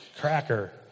cracker